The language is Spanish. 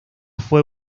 fue